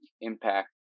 impact